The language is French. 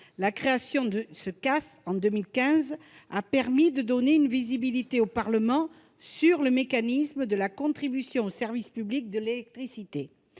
d'affectation spéciale en 2015 a permis de donner une visibilité au Parlement sur le mécanisme de la contribution au service public de l'électricité.